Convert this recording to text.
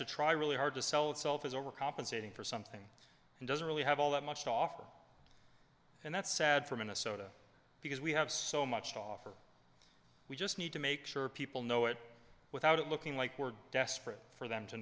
to try really hard to sell itself is overcompensating for something and doesn't really have all that much to offer and that's sad for minnesota because we have so much to offer we just need to make sure people know it without it looking like we're desperate for them to